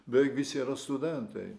beveik visi yra studentai